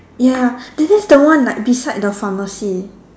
ya this is the one like beside the pharmacy